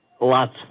Lots